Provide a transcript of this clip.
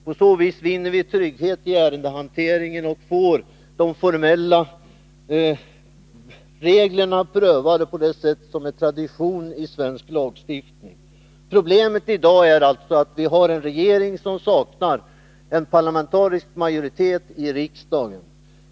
På så vis vinner vi trygghet i ärendehanteringen och får de formella reglerna prövade på det sätt som är tradition i svensk lagstiftning. Problemet i dag är alltså att vi har en regering som saknar parlamentarisk majoritet i riksdagen.